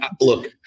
look